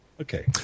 Okay